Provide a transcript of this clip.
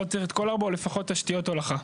לא צריך את כל 4, לפחות תשתיות הולכה.